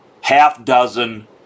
half-dozen